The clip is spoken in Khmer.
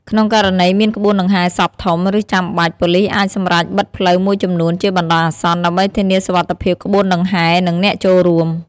ក្នុងករណីមានក្បួនដង្ហែសពធំ ឬចាំបាច់ ប៉ូលីសអាចសម្រេចបិទផ្លូវមួយចំនួនជាបណ្តោះអាសន្ន ដើម្បីធានាសុវត្ថិភាពក្បួនដង្ហែ និងអ្នកចូលរួម។